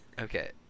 Okay